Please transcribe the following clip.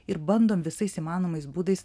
ir bandom visais įmanomais būdais